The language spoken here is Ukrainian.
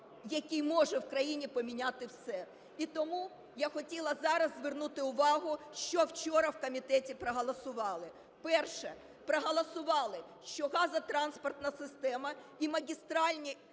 який може в країні поміняти все. І тому хотіла зараз звернути увагу, що вчора в комітеті проголосували. Перше. Проголосували, що газотранспортна система і магістральні